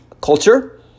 culture